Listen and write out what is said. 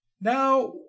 Now